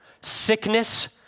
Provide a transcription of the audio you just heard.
sickness